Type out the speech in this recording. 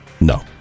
No